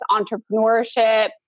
entrepreneurship